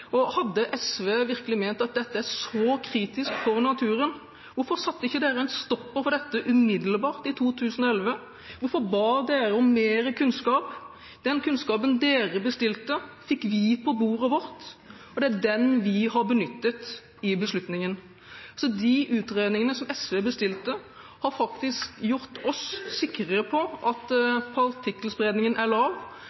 Hadde SV virkelig ment at dette er så kritisk for naturen, hvorfor satte de ikke en stopper for dette umiddelbart i 2011? Hvorfor ba de om mer kunnskap? Den kunnskapen SV bestilte, fikk vi på bordet vårt, og det er den vi har benyttet i beslutningen. Så de utredningene som SV bestilte, har faktisk gjort oss sikrere på at partikkelspredningen er lav.